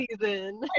season